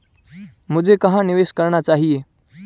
मुझे कहां निवेश करना चाहिए?